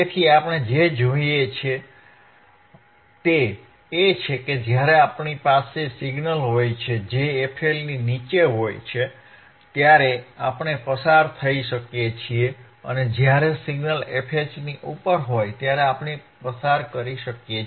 તેથી આપણે જે જોઈએ છીએ તે એ છે કે જ્યારે આપણી પાસે સિગ્નલ હોય છે જે fL ની નીચે હોય છે ત્યારે આપણે પસાર થઈ શકીએ છીએ જ્યારે સિગ્નલ fH ની ઉપર હોય ત્યારે આપણે પસાર કરી શકીએ છીએ